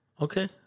Okay